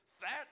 fat